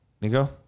Nico